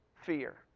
fear